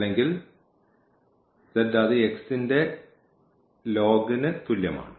അല്ലെങ്കിൽ z അത് x ന്റെ ലോഗരിഥമിക് തുല്യമാണ്